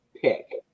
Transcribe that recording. pick